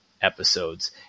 episodes